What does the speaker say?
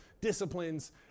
disciplines